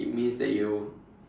it means that you